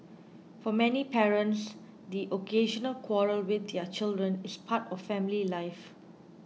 for many parents the occasional quarrel with their children is part of family life